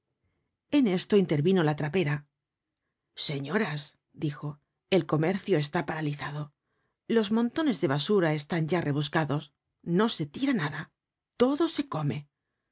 en esto intervino la trapera señoras dijo el comercio está paralizado los montones de basura están ya rebuscados no se tira nada todo se come